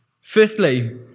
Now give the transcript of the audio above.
Firstly